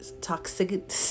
toxic